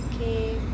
Okay